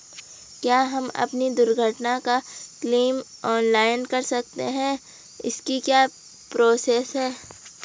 क्या हम अपनी दुर्घटना का क्लेम ऑनलाइन कर सकते हैं इसकी क्या प्रोसेस है?